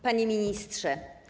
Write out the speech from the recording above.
Panie Ministrze!